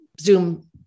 Zoom